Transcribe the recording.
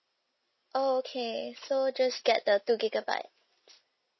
oh okay so just get the two gigabytes